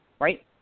right